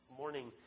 morning